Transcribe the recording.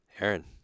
Aaron